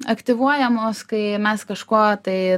aktyvuojamos kai mes kažkuo tai